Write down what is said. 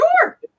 Sure